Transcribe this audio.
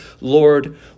Lord